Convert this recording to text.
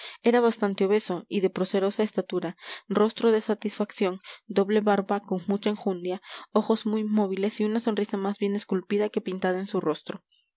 era bastante obeso y de procerosa estatura rostro de satisfacción doble barba con mucha enjundia ojos muy móviles y una sonrisa más bien esculpida que pintada en su rostro